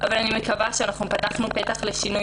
אבל אני מקווה שאנחנו פתחנו פתח לשינוי